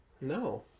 No